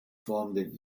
formed